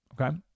Okay